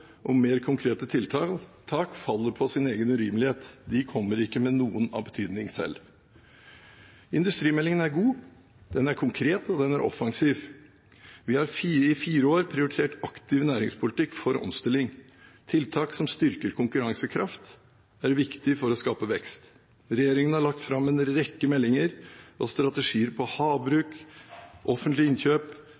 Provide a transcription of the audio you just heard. om mer konkrete tiltak faller på sin egen urimelighet. De kommer ikke med noen av betydning selv. Industrimeldingen er god, den er konkret, og den er offensiv. Vi har i fire år prioritert aktiv næringspolitikk for omstilling. Tiltak som styrker konkurransekraft, er viktig for å skape vekst. Regjeringen har lagt fram en rekke meldinger og strategier på